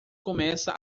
começa